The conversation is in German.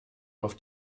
auf